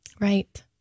Right